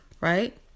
Right